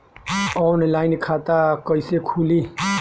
Online खाता कईसे खुलि?